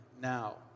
now